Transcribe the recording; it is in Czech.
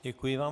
Děkuji vám.